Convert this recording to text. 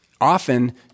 Often